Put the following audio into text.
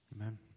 Amen